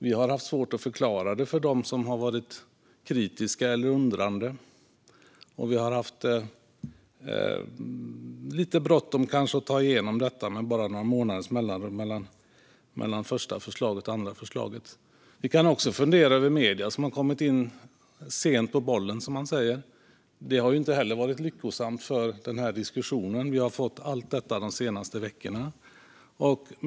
Vi har haft svårt att förklara för dem som har varit kritiska eller undrande. Vi har kanske haft lite bråttom med att få igenom detta med bara några månaders mellanrum mellan första och andra förslaget. Vi kan också fundera över medierna, som har varit sena på bollen, som man säger. Det har inte heller varit lyckosamt för diskussionen. Allt detta har kommit de senaste veckorna.